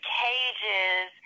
cages